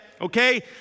okay